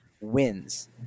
wins